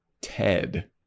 Ted